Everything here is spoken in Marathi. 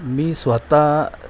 मी स्वतः